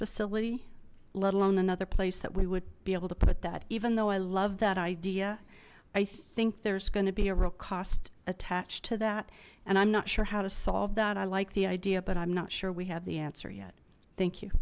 facility let alone another place that we would be able to put that even though i love that idea i think there's going to be a real cost attached to that and i'm not sure how to solve that i like the idea but i'm not sure we have the answer yet thank you